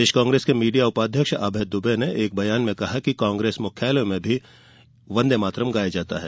प्रदेश कांग्रेस के मीडिया उपाध्यक्ष अभय दुबे ने एक बयान में कहा कि कांग्रेस मुख्यालयों में भी वंदेमातरम गाया जाता है